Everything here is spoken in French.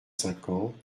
cinquante